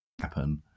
happen